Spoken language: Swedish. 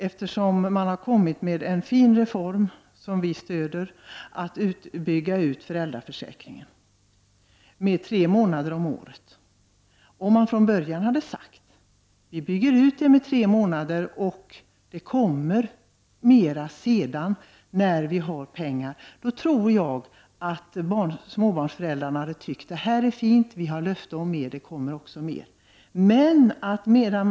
Det är en fin reform, som vi stöder, att bygga ut föräldraförsäkringen med tre månader. Om man från början hade sagt att försäkringen byggs ut med tre månader och att det kommer mera sedan när det finns pengar, då tror jag att småbarnsföräldrarna hade tyckt att det varit fint att få den förbättringen och löfte om ytterligare förbättring framöver.